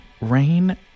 rain